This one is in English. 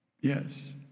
Yes